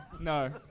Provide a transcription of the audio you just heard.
No